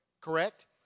correct